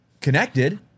connected